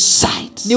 sight